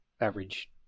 average